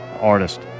artist